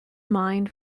mind